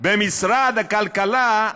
במשרד הכלכלה,